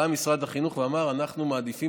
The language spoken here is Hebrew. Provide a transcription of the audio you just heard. בא משרד החינוך ואמר: אנחנו מעדיפים,